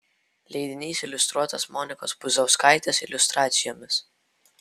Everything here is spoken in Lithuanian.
leidinys iliustruotas monikos puzauskaitės iliustracijomis